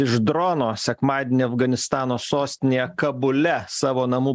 iš drono sekmadienį afganistano sostinėje kabule savo namų